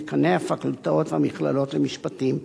דיקני הפקולטאות והמכללות למשפטים,